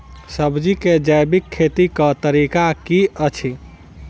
सब्जी केँ जैविक खेती कऽ तरीका की अछि?